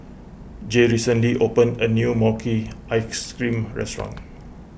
Jay recently opened a new Mochi Ice Cream restaurant